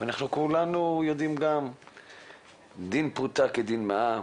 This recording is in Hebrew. ואנחנו כולנו יודעים שדין פרוטה ודין מאה,